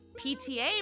PTA